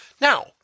Now